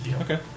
Okay